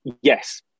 Yes